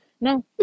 no